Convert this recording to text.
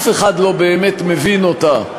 שאף אחד לא באמת מבין אותה,